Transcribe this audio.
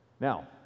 now